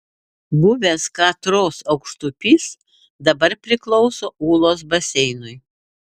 buvęs katros aukštupys dabar priklauso ūlos baseinui